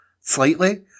slightly